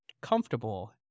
comfortable